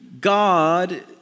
God